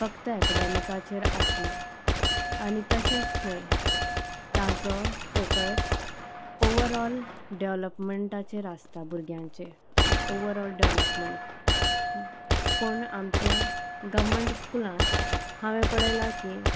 फक्त एकाडेमिकाचेर आसना आनी तशेंच न्हय तांचो फोकस ओवरऑल डेवलॉपमेंटाचेर आसता भुरग्यांचेर ओवरऑल डेवलॉपमेंट पूण आमचे गव्हमेंट स्कुलांत हांवें पळयलां की